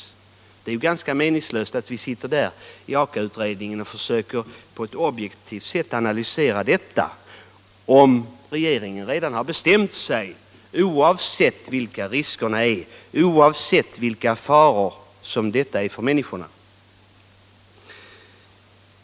Det är ganska meningslöst att vi sitter i Aka-utredningen och försöker på ett objektivt sätt analysera problemen, om regeringen redan bestämt sig oavsett vilka riskerna är, oavsett vilka faror kärnkraften för med sig för människorna.